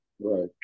Right